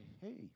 hey